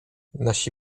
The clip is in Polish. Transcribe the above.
nasi